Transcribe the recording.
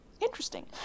Interesting